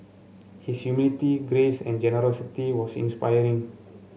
his humility grace and generosity was inspiring